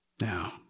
Now